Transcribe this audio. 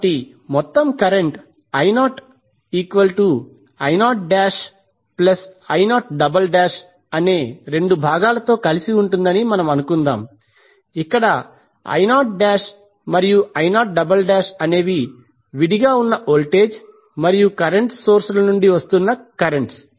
కాబట్టి మొత్తం కరెంట్I0I0I0అనే రెండు భాగాలతో కలిసి ఉంటుందని మనం అనుకుందాం ఇక్కడ I0 మరియు I0 అనేవి విడిగా ఉన్న వోల్టేజ్ మరియు కరెంట్ సోర్స్ ల నుండి వస్తున్న కరెంట్స్